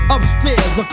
Upstairs